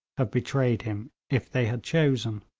have betrayed him if they had chosen.